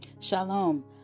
Shalom